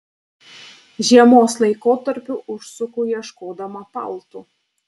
žiemos laikotarpiu užsuku ieškodama paltų